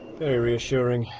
very reassuring,